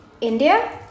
India